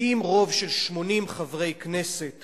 שאם רוב של 80 חברי כנסת